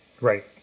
Right